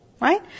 Right